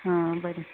हां बरें